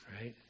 right